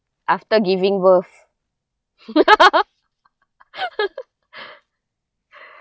after giving birth